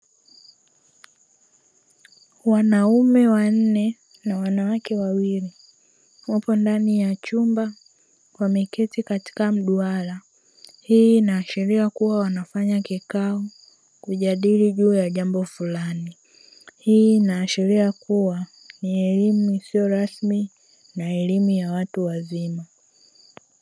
Wanaume wanne na wanawake wawili wapo ndani ya chumba wameketi katika mduara. Hii inaashiria kuwa wanafanya kikao kujadili juu ya jambo fulani. Hii inaashiria kuwa ni elimu isiyo rasmi na elimu ya watu wazima.